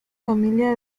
familia